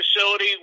facility